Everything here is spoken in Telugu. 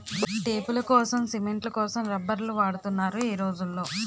టేపులకోసం, సిమెంట్ల కోసం రబ్బర్లు వాడుతున్నారు ఈ రోజుల్లో